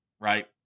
right